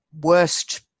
worst